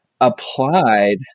applied